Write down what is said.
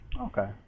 Okay